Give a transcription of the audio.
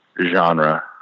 genre